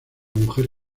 mujer